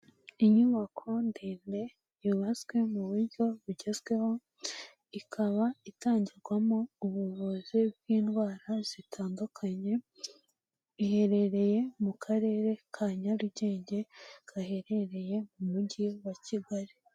Inyubako ndende yubatswe mu buryo bugezweho, ikaba itangirwamo ubuvuzi bw'indwara zitandukanye, iherereye mu karere ka Nyarugenge gaherereye mu mujyi wa Kigali.